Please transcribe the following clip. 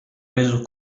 reso